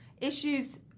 issues